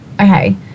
okay